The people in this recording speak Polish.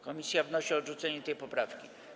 Komisja wnosi o odrzucenie tej poprawki.